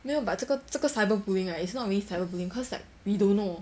没有 but 这个这个 cyberbullying right it's not really cyberbullying cause like we don't know